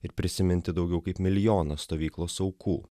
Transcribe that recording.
ir prisiminti daugiau kaip milijoną stovyklos aukų